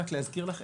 רק להזכיר לך,